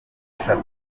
eshatu